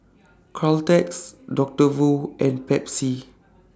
Caltex Doctor Wu and Pepsi